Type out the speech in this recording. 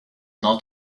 not